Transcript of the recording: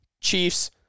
Chiefs